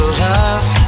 love